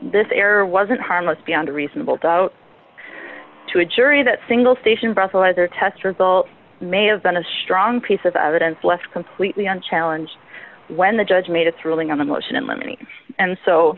this error wasn't harmless beyond a reasonable doubt to a jury that single station brussel as their test result may have been a strong piece of evidence left completely on challenge when the judge made a thrilling on the motion in limine and so